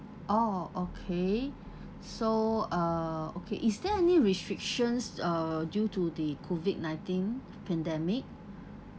oh okay so uh okay is there any restrictions uh due to the COVID nineteen pandemic